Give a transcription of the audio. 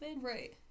Right